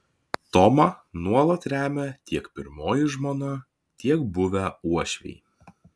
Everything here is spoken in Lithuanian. tomą nuolat remia tiek pirmoji žmona tiek buvę uošviai